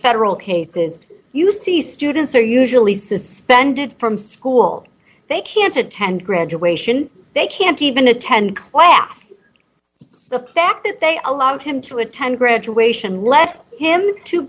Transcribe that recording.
federal cases you see students are usually suspended from school they can't attend graduation they can't even attend class the fact that they are allowed him to attend graduation led him to